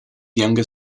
younger